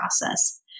process